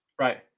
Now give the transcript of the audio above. right